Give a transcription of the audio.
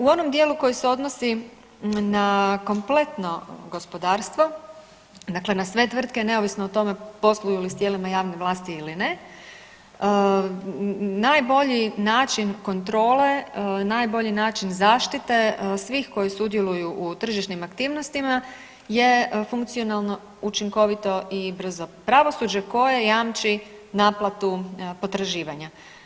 U onom dijelu koji se odnosi na kompletno gospodarstvo, dakle na sve tvrtke neovisno o tome posluju li s tijelima javne vlasti ili ne, najbolji način kontrole, najbolji način zaštite svih koji sudjeluju u tržišnim aktivnostima je funkcionalno, učinkovito i brzo pravosuđe koje jamči naplatu potraživanja.